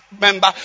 member